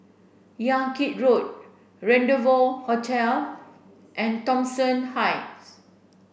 Yan Kit Road Rendezvou Hotel and Thomson Heights